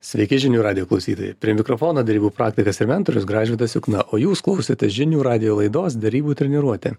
sveiki žinių radijo klausytojai prie mikrofono derybų praktikas ir mentorius gražvydas jukna o jūs klausote žinių radijo laidos derybų treniruotė